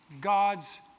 God's